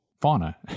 fauna